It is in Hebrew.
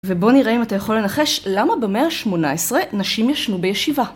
ובוא נראה אם אתה יכול לנחש למה במאה ה-18 נשים ישנו בישיבה.